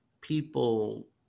people